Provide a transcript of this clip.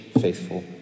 faithful